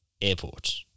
Airport